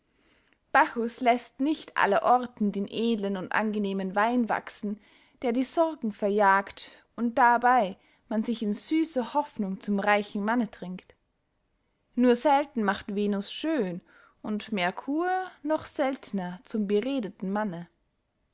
bachus läßt nicht allerorten den edlen und angenehmen wein wachsen der die sorgen verjagt und dabey man sich in süsser hoffnung zum reichen manne trinkt nur selten macht venus schön und merkur noch seltener zum beredten manne